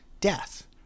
death